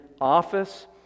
office